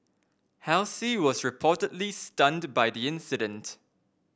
halsey was reportedly stunned by the incident